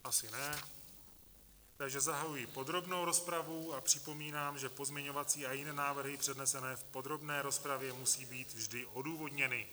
Asi ne, takže zahajuji podrobnou rozpravu a připomínám, že pozměňovací a jiné návrhy přednesené v podrobné rozpravě musí být vždy odůvodněny.